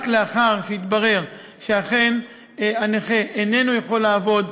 רק לאחר שיתברר שהנכה איננו יכול לעבוד,